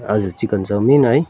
हजुर chicken chow mein है